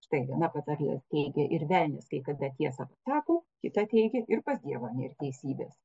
štai viena patarlė teigia ir velnias kai kada tiesą sako kita teikia ir pas dievą nėr teisybės